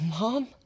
Mom